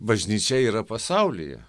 bažnyčia yra pasaulyje